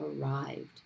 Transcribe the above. arrived